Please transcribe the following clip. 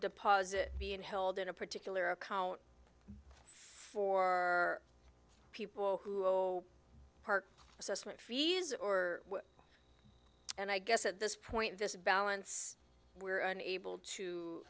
deposit being held in a particular account for people who park assessment fees or and i guess at this point this balance we're unable to